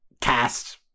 cast